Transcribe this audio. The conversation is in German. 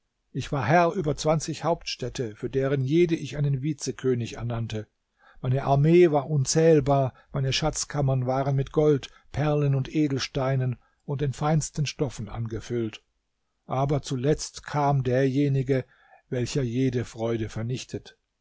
ich war herr über zwanzig hauptstädte für deren jede ich einen vizekönig ernannte meine armee war unzählbar meine schatzkammern waren mit gold perlen und edelsteinen und den feinsten stoffen angefüllt aber zuletzt kam derjenige welcher jede freude zernichtet